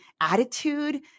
attitude